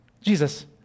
Jesus